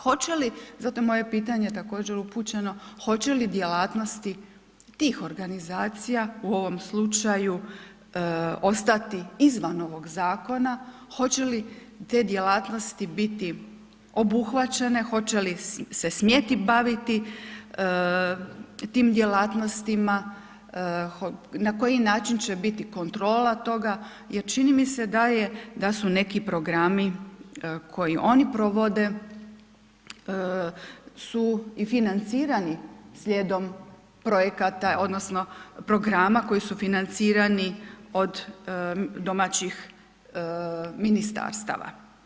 Hoće li, zato je moje pitanje također upućeno, hoće li djelatnosti tih organizacija u ovom slučaju ostati izvan ovoga zakona, hoće li te djelatnosti biti obuhvaćene, hoće li se smjeti baviti tim djelatnostima, na koji način će biti kontrola toga, jer čini mi se da su neki programi koji oni provode su i financirani slijedom projekata odnosno programa koji su financirani od domaćih ministarstava.